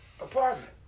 apartment